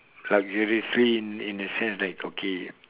luxuriously in in the sense that okay